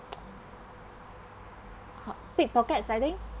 pickpockets I think